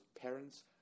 parents